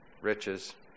Riches